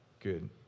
good